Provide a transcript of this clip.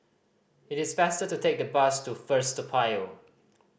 it is faster to take the bus to First Toa Payoh